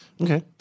Okay